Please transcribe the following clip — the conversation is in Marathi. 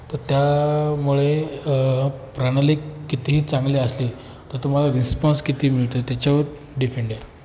तर त्यामुळे प्रणाली कितीही चांगली असली तर तुम्हाला रिस्पॉन्स किती मिळतं त्याच्यावर डिफेंड आहे